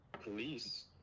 police